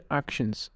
actions